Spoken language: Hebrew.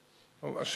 חיפה?